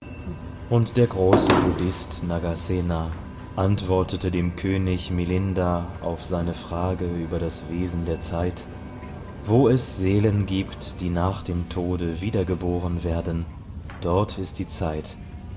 und der große buddhist nagasena antwortete dem könig milinda auf seine frage über das wesen der zeit wo es seelen gibt die nach dem tode wiedergeboren werden dort ist die zeit